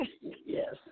Yes